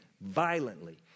violently